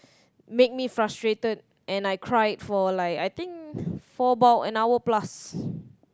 make me frustrated and I cried for like I think for about an hour plus